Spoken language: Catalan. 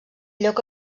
lloc